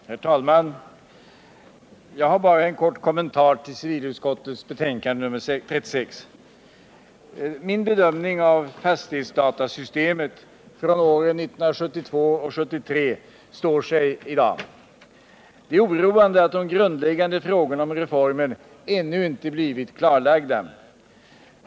Herr talman! Jag har bara en kort kommentar till civilutskottets betänkande nr 36. Min bedömning av fastighetsdatasystemet från åren 1972 och 1973 står sig än i dag. Det är oroande att de grundläggande frågorna om reformen ännu inte blivit klarlagda.